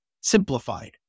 simplified